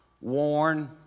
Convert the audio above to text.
worn